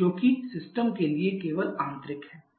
जो कि सिस्टम के लिए केवल आंतरिक है